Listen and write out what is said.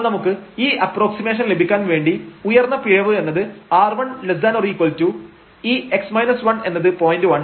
അപ്പോൾ നമുക്ക് ഈ അപ്പ്രോക്സിമേഷൻ ലഭിക്കാൻ വേണ്ടി ഉയർന്ന പിഴവ് എന്നത് R1≤ ഈ x 1 എന്നത് 0